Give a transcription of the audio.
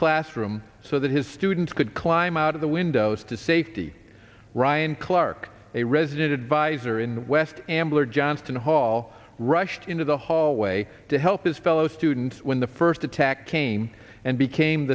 classroom so that his students could climb out of the windows to safety ryan clark a resident advisor in west ambler johnston hall rushed into the hallway to help his fellow students when the first attack came and became